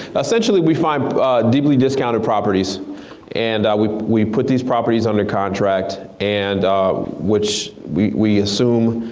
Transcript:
essentially we find deeply discounted properties and we we put these properties under contract. and which we we assume